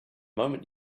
moment